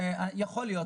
יכול להיות.